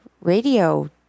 radio